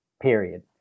period